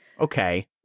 okay